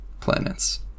planets